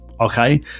Okay